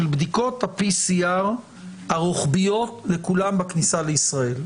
של בדיקות PCR רוחביות לכולם בכניסה לישראל.